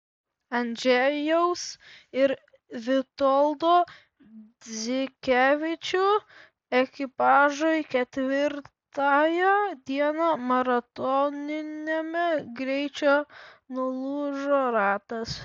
andžejaus ir vitoldo dzikevičių ekipažui ketvirtąją dieną maratoniniame greičio nulūžo ratas